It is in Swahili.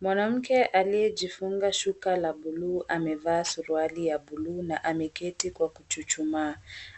Mwanamke aliyejifunga shuka la buluu amevaa suruali ya buluu na ameketi kwa kuchuchumaa,